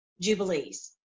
jubilees